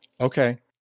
Okay